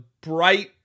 bright